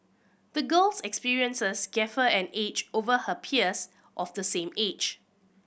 the girl's experiences gave her an edge over her peers of the same age